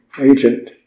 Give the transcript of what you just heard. agent